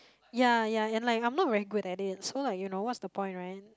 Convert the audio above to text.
ya ya ya and like I'm not very good at it so like you know what's the point right